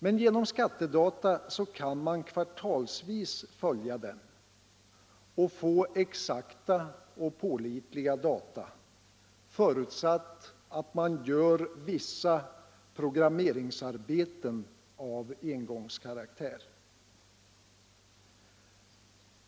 Men genom skattedata kan man kvartalsvis följa den och få exakta och pålitliga data — förutsatt att man gör vissa programmeringsarbeten av engångskaraktär.